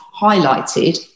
highlighted